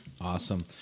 Awesome